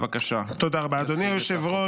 סדר-היום: